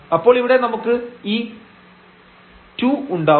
അപ്പോൾ ഇവിടെ നമുക്ക് ഈ 2 ഉണ്ടാവും